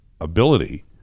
ability